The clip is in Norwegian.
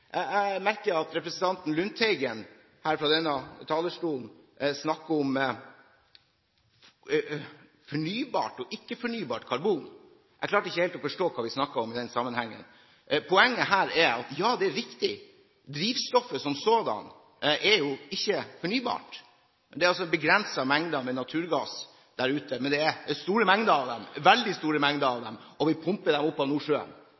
Jeg merker meg at representanten Lundteigen her fra denne talerstolen snakker om fornybart og ikke-fornybart karbon. Jeg klarte ikke helt å forstå hva vi snakket om i den sammenhengen. Poenget her er: Ja det er riktig at drivstoffet som sådant ikke er fornybart. Det er altså begrensede mengder med naturgass der ute, men det er store mengder av dem, veldig store mengder av dem, og vi pumper dem opp av Nordsjøen.